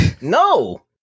No